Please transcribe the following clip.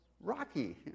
rocky